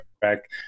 back